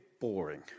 boring